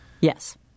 Yes